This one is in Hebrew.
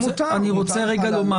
רוצה לומר